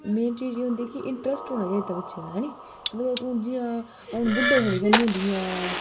main चीज एह् होंदी कि इंट्रस्ट होना चाहिदा बच्चे दा है नी हून जि'यां हून बुड्ढें थोह्ड़े करनी होंदी जि'यां